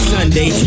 Sunday